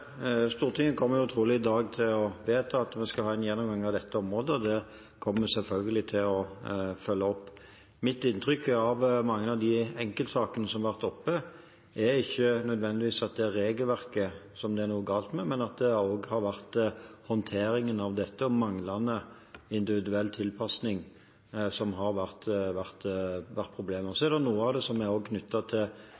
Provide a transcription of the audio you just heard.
Stortinget kommer i dag trolig til å vedta at vi skal ha en gjennomgang av dette området. Det kommer jeg selvfølgelig til å følge opp. Mitt inntrykk av mange av de enkeltsakene som har vært oppe, er at det ikke nødvendigvis er regelverket det er noe galt med, men at håndteringen av dette og manglende individuell tilpasning har vært problemet. Så er noe av det også knyttet til konsekvensene av at man har